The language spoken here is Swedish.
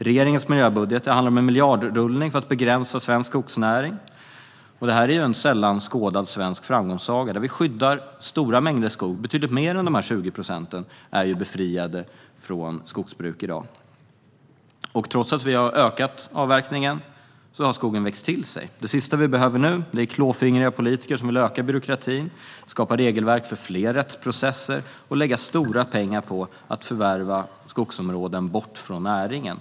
Regeringens miljöbudget handlar om en miljardrullning för att begränsa svensk skogsnäring, som är en sällan skådad svensk framgångssaga där vi skyddar stora mängder skog - betydligt mer än dessa 20 procent är befriade från skogsbruk i dag. Trots att vi har ökat avverkningen har skogen växt till sig. Det sista vi behöver nu är klåfingriga politiker som vill öka byråkratin, skapa regelverk för fler rättsprocesser och lägga stora pengar på att förvärva skogsområden bort ifrån näringen.